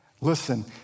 Listen